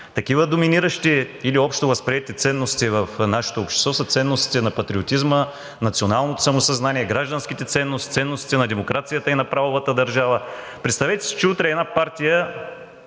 Такива доминиращи или общовъзприети ценности в нашето общество са ценностите на патриотизма, националното самосъзнание, гражданските ценности, ценностите на демокрацията и на правовата държава. Представете си, че утре една партия